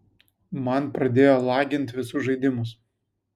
man pradėjo lagint visus žaidimus